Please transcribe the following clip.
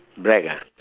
black ah